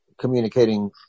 communicating